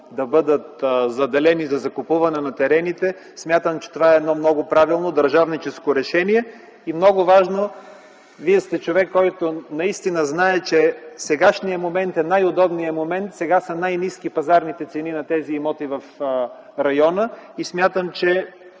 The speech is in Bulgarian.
да бъдат заделени за закупуване на терените, смятам, че това е едно много правилно държавническо решение. И нещо много важно, Вие сте човек, който знае, че сегашният момент е най-удобният, сега са най-ниски пазарните цени на тези имоти в района и смятам, че